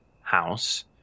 house